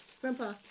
Grandpa